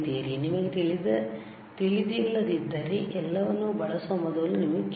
ನಿಮಗೆ ತಿಳಿದಿಲ್ಲದಿದ್ದರೆ ಎಲ್ಲವನ್ನೂ ಬಳಸುವ ಮೊದಲು ನೀವು ಕೇಳಿ